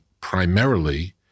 primarily